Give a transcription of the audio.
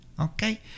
Okay